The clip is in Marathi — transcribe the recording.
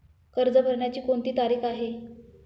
कर्ज भरण्याची कोणती तारीख आहे?